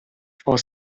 for